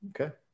okay